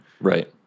Right